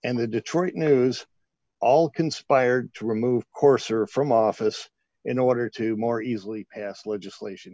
and the detroit news all conspired to remove courser from office in order to more easily pass legislation